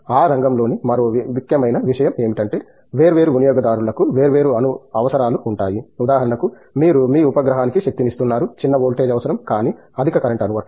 ఆ రంగం లోని మరో ముఖ్యమైన విషయం ఏమిటంటే వేర్వేరు వినియోగదారులకు వేర్వేరు అవసరాలు ఉంటాయి ఉదాహరణకు మీరు మీ ఉపగ్రహానికి శక్తినిస్తున్నారు చిన్న వోల్టేజ్ అవసరం కానీ అధిక కరెంట్ అనువర్తనం